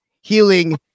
healing